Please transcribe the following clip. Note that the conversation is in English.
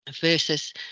versus